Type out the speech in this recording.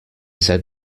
said